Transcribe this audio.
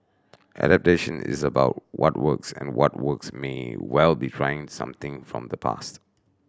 adaptation is about what works and what works may well be trying something from the past